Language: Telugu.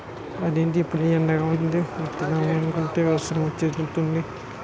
అదేటి ఇప్పుడే ఎండగా వుందని విత్తుదామనుకుంటే వర్సమొచ్చేతాంది